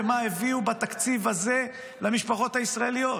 ומה הביאו בתקציב הזה למשפחות הישראליות.